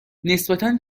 نسبتا